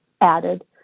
added